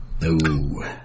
no